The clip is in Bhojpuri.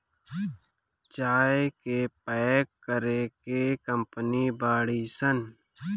चाय के पैक करे के कंपनी बाड़ी सन